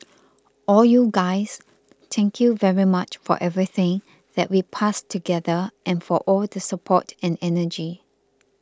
all you guys thank you very much for everything that we passed together and for all the support and energy